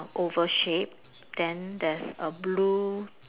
oval shaped then there's a blue